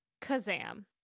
Kazam